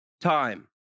time